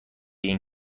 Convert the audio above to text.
این